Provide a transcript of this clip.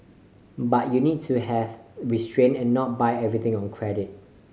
but you need to have restrain and not buy everything on credit